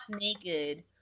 naked